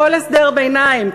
כל הסדר ביניים,